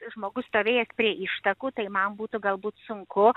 žmogus stovėjęs prie ištakų tai man būtų galbūt sunku